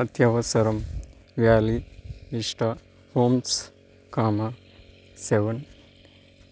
అత్యవసరం valley vista homes comma seven